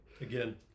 Again